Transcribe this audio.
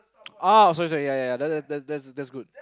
oh sorry sorry ya ya ya that that that that's good